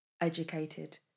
educated